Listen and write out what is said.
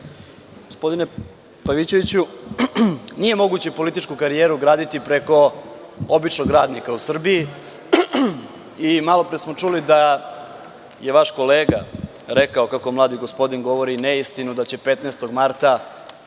Gospodine Pavićeviću, nije moguće političku karijeru graditi preko običnog radnika u Srbiji. Malo pre smo čuli da je vaš kolega rekao kako mladi gospodin govori neistinu, da će 15. marta